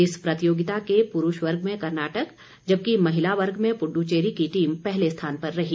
इस प्रतियोगिता के पुरूष वर्ग में कर्नाटक जबकि महिला वर्ग में पुडुचेरी की टीम पहले स्थान पर रही